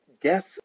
death